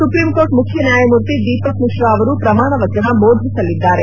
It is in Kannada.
ಸುಪ್ರೀಂ ಕೋರ್ಟ್ ಮುಖ್ಯ ನ್ಯಾಯಮೂರ್ತಿ ದೀಪಕ್ ಮಿಶ್ರಾ ಅವರು ಪ್ರಮಾಣ ವಚನ ಬೋಧಿಸಲಿದ್ದಾರೆ